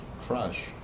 crush